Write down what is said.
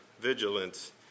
vigilance